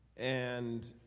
and